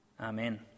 Amen